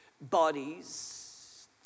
bodies